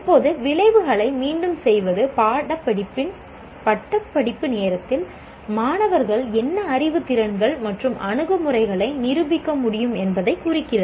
இப்போது விளைவுகளை மீண்டும் செய்வது பட்டப்படிப்பு நேரத்தில் மாணவர்கள் என்ன அறிவு திறன்கள் மற்றும் அணுகுமுறைகளை நிரூபிக்க முடியும் என்பதைக் குறிக்கிறது